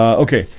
okay,